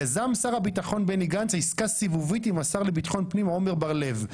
יזם שר הביטחון בני גנץ עסקה סיבובית עם השר לביטחון פנים עמר בר לב.